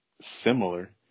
similar